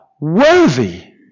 worthy